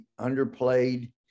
underplayed